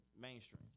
mainstream